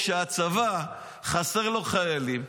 כשלצבא חסרים חיילים,